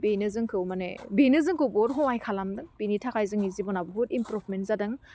बेनो जोंखौ माने बेनो जोंखौ बुहुत हहाय खालामदों बेनि थाखाय जोंनि जिब'ना बुहुत इम्प्रुफमेन्ट जादों